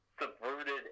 subverted